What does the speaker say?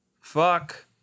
fuck